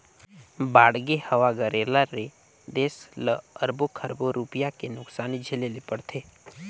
बाड़गे, हवा गरेरा ले देस ल अरबो खरबो रूपिया के नुकसानी झेले ले परथे